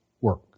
work